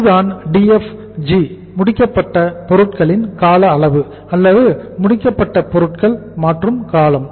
அதுதான் DFG முடிக்கப்பட்ட பொருட்களின் கால அளவு அல்லது முடிக்கப்பட்ட பொருட்கள் மாற்றும் காலம்